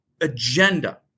agenda